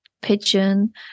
pigeon